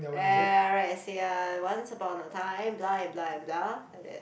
ya write essay ah once upon of time blah and blah and blah like that